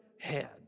head